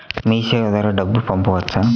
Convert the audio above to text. మీసేవ ద్వారా డబ్బు పంపవచ్చా?